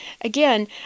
again